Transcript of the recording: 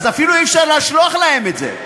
אז אפילו אי-אפשר לשלוח להם את זה.